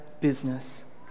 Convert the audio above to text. business